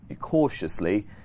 cautiously